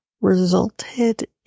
resulted